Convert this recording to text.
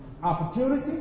Opportunity